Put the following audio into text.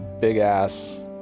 big-ass